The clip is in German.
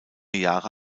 jahre